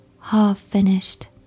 half-finished